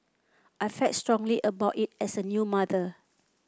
I felt strongly about it as a new mother